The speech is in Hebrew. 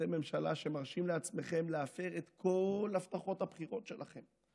אתם ממשלה שמרשה לעצמה להפר את כל הבטחות הבחירות שלכם.